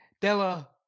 Della